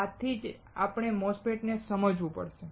આથી જ આપણે MOSFETS ને સમજવું પડશે